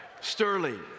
Sterling